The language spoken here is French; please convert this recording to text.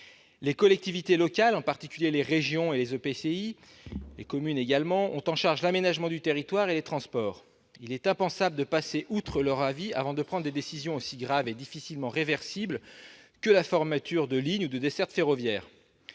Les collectivités locales, en particulier les régions et les communes, ainsi que les EPCI, ont la charge de l'aménagement du territoire et des transports. Il est impensable de passer outre leur avis avant de prendre des décisions aussi graves et difficilement réversibles que la fermeture de lignes ou de dessertes ferroviaires.